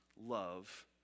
love